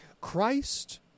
Christ